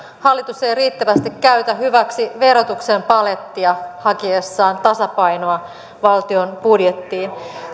hallitus ei riittävästi käytä hyväksi verotuksen palettia hakiessaan tasapainoa valtion budjettiin